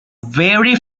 very